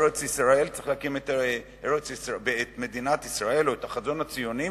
שצריך להקים את מדינת ישראל או את החזון הציוני,